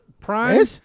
prime